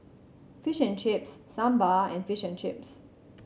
Fish and Chips Sambar and Fish and Chips